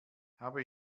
habe